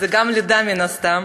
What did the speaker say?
זו גם לידה מן הסתם,